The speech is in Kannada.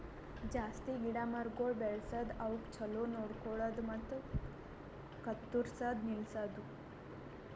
ಜಾಸ್ತಿ ಗಿಡ ಮರಗೊಳ್ ಬೆಳಸದ್, ಅವುಕ್ ಛಲೋ ನೋಡ್ಕೊಳದು ಮತ್ತ ಕತ್ತುರ್ಸದ್ ನಿಲ್ಸದು